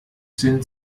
sind